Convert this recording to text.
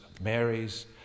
Marys